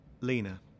Lena